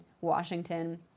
Washington